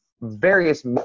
various